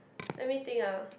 let me think ah